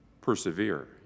Persevere